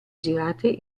girate